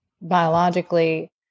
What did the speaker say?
biologically